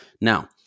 Now